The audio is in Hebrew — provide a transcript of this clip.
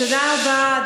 תודה רבה.